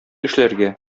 эшләргә